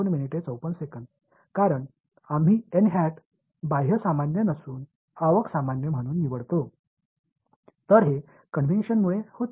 कारण आम्ही बाह्य सामान्य नसून आवक सामान्य म्हणून निवडतो तर हे कन्वेन्शनमुळे होते